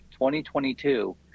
2022